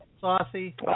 saucy